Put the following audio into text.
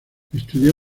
estudió